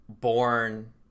born